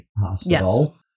Hospital